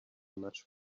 much